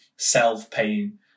self-paying